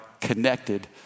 connected